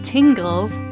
Tingles